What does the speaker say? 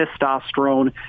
testosterone